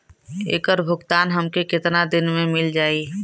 ऐकर भुगतान हमके कितना दिन में मील जाई?